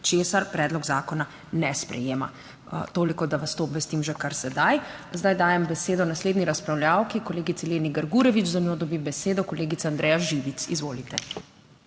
Česar predlog zakona ne sprejema. Toliko, da vas obvestim že kar sedaj. Zdaj dajem besedo naslednji razpravljavki, kolegici Leni Grgurevič, za njo dobi besedo kolegica Andreja Živic. Izvolite.